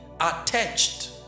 attached